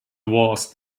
was